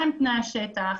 מה הם תנאי השטח,